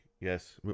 yes